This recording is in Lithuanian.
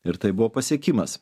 ir tai buvo pasiekimas